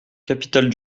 capitale